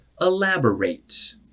elaborate